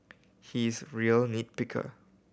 he is real nit picker